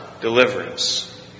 deliverance